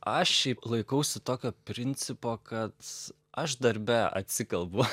aš šiaip laikausi tokio principo kad aš darbe atsikalbu